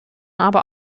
aber